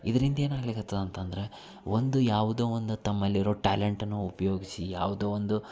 ಇದ್ರಿಂದ ಏನಾಗಲಿಕ್ಹತ್ತದ ಅಂತಂದ್ರೆ ಒಂದು ಯಾವುದೊ ಒಂದು ತಮ್ಮಲ್ಲಿರೋ ಟ್ಯಾಲೆಂಟನ್ನು ಉಪಯೋಗ್ಸಿ ಯಾವುದೊ ಒಂದು